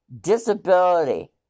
disability